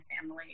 family